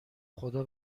خدا